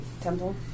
Temple